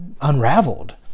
unraveled